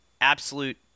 absolute